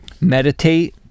meditate